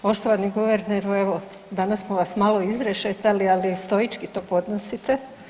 Poštovani guverneru evo danas smo vas malo izrešetali, ali stoički to podnosite.